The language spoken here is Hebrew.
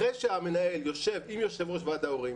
אחרי שהמנהל יושב עם יושב-ראש ועד ההורים